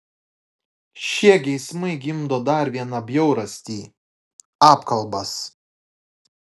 šie geismai gimdo dar vieną bjaurastį apkalbas